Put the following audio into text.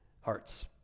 hearts